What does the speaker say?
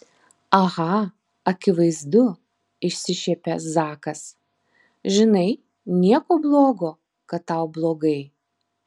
aha akivaizdu išsišiepia zakas žinai nieko blogo kad tau blogai